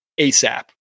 ASAP